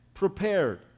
Prepared